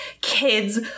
kids